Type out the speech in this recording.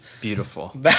Beautiful